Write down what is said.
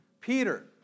Peter